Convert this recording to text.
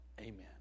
Amen